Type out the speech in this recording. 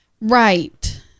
Right